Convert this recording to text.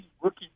rookie